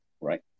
right